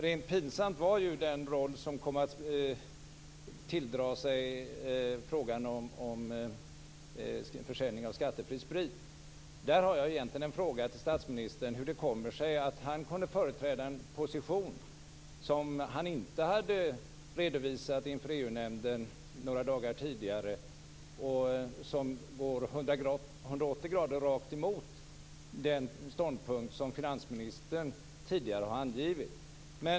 Rent pinsam var den roll som kom att tilldras frågan om försäljning av skattefri sprit. Där har jag egentligen en fråga till statsministern. Hur kommer det sig att statsministern kunde företräda en position som han inte hade redovisat inför EU-nämnden några dagar tidigare och som går 180 grader mot den ståndpunkt som finansministern tidigare har angivit?